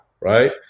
right